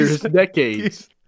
decades